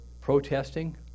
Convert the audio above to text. protesting